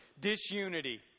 disunity